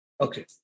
Okay